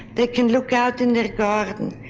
they can look out in their garden,